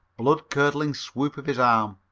blood-curdling swoop of his arm.